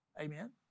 Amen